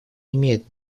имеет